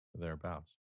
Thereabouts